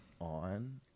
on